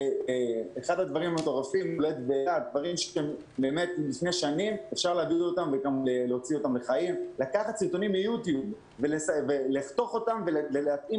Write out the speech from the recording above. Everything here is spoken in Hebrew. אפשר לקחת סרטונים מיוטיוב ולחתוך אותם ולהתאים